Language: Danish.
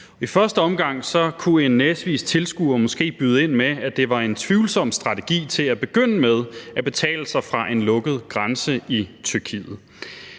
I første omgang kunne en næsvis tilskuer byde ind med, at det måske var en tvivlsom strategi til at begynde med at betale sig fra en lukket grænse i Tyrkiet.